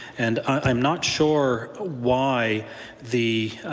and i'm not sure why the,